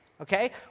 Okay